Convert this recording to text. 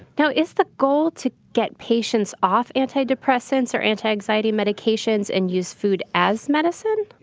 so is the goal to get patients off antidepressants or antianxiety medications and use food as medicine?